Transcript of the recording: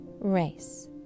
race